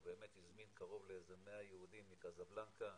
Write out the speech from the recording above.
הוא באמת הזמין קרוב ל-100 יהודים מקזבלנקה,